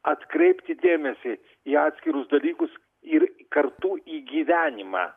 atkreipti dėmesį į atskirus dalykus ir kartu į gyvenimą